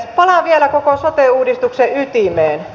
palaan vielä koko sote uudistuksen ytimeen